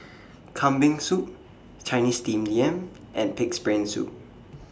Kambing Soup Chinese Steamed Yam and Pig'S Brain Soup